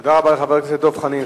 תודה רבה לחבר הכנסת דב חנין.